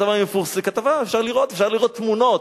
אפשר לראות תמונות.